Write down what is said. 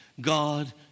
God